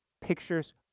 pictures